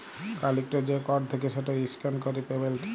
কাল ইকট যে কড থ্যাকে সেট ইসক্যান ক্যরে পেমেল্ট